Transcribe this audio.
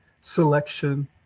selection